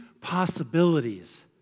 possibilities